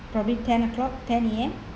probably ten o'clock ten A_M